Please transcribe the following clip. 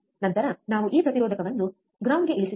ನಂತರ ನಾವು ಈ ಪ್ರತಿರೋಧಕವನ್ನು ಗ್ರೌಂಡ್ ಗೆ ಇಳಿಸಿದ್ದೇವೆ